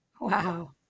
Wow